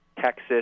Texas